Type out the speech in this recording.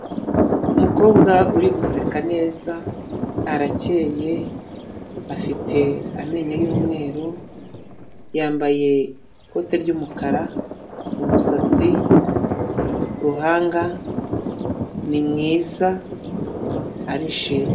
Umukobwa uri guseka neza, arakeye afite amenyo y'umweru yambaye ikote ry'umukara, umusatsi, uruhanga ni mwiza arishimye.